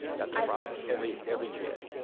that's the process every every ga.